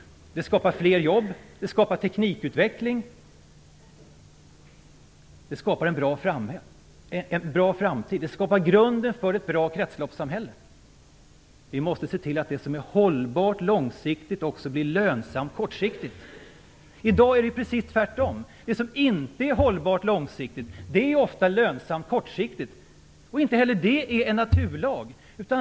Det skapar fler jobb, teknikutveckling och en bra framtid. Det skapar grunden för ett bra kretsloppssamhälle. Vi måste se till att det som är hållbart långsiktigt också blir lönsamt kortsiktigt. I dag är det precis tvärtom. Det som inte är hållbart långsiktigt är ofta lönsamt kortsiktigt. Inte heller det är en naturlag.